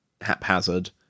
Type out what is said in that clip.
haphazard